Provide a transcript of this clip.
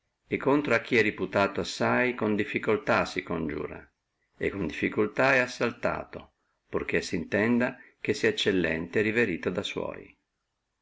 e contro a chi è reputato con difficultà si congiura con difficultà è assaltato purché sintenda che sia eccellente e reverito da sua